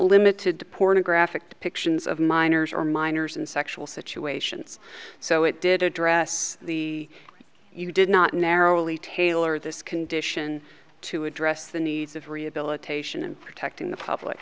limited to pornographic depictions of minors or minors in sexual situations so it did address the you did not narrowly tailored this condition to address the needs of rehabilitation and protecting the public